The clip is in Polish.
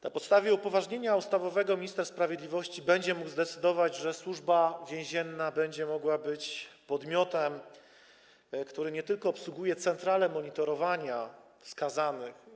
Na podstawie upoważnienia ustawowego minister sprawiedliwości będzie miał możliwość zdecydować, że Służba Więzienna będzie mogła być podmiotem, który nie tylko obsługuje centralę monitorowania skazanych.